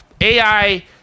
AI